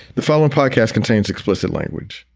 the following podcast contains explicit language.